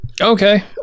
Okay